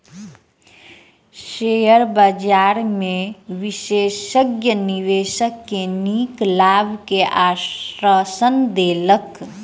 share बजार में विशेषज्ञ निवेशक के नीक लाभ के आश्वासन देलक